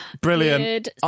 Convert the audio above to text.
Brilliant